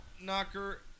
Knocker